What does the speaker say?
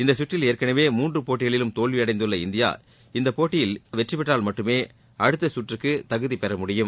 இந்த சுற்றில் ஏற்கனவே மூன்று போட்டிகளிலும் தோல்வி அடைந்துள்ள இந்தியா இந்தப் போட்டியில் வெற்றி பெற்றால் மட்டுமே அடுத்த சுற்றுக்கு தகுதிபெற முடியும்